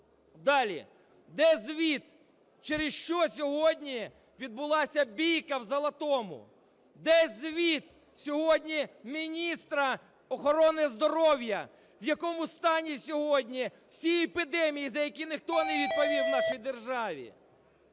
Далі. Де звіт, через що сьогодні відбулася бійка в Золотому? Де звіт сьогодні міністра охорони здоров'я, в якому стані сьогодні всі епідемії, за які ніхто не відповів в нашій державі?